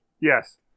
Yes